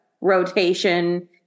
rotation